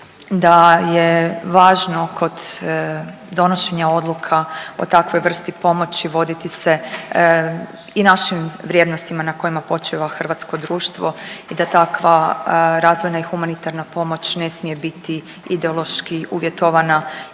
da je važno kod donošenja odluka o takvoj vrsti pomoći voditi se i našim vrijednostima na kojima počiva hrvatsko društvo i da takva razvojna i humanitarna pomoć ne smije biti ideološki uvjetovana